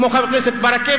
כמו חבר הכנסת ברכה,